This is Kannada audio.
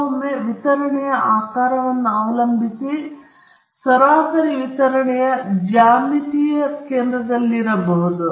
ಕೆಲವೊಮ್ಮೆ ವಿತರಣೆಯ ಆಕಾರವನ್ನು ಅವಲಂಬಿಸಿ ಸರಾಸರಿ ವಿತರಣೆಯ ಜ್ಯಾಮಿತೀಯ ಕೇಂದ್ರದಲ್ಲಿರಬಹುದು